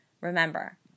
Remember